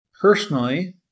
personally